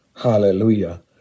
Hallelujah